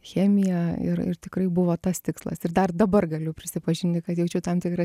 chemiją ir ir tikrai buvo tas tikslas ir dar dabar galiu prisipažinti kad jaučiu tam tikrą